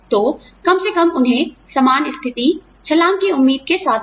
तो कम से कम उन्हें समान स्थिति छलांग की उम्मीद के साथ दे